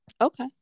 Okay